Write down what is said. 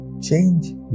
change